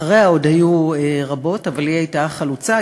אחריה עוד היו רבות, אבל היא הייתה החלוצה.